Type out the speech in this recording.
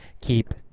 keep